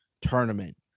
tournament